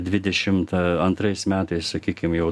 dvidešimt antrais metais sakykim jau